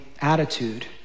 attitude